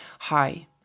hi